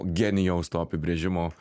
genijaus to apibrėžimo